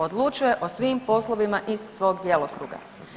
Odlučuje o svim poslovnima iz svog djelokruga.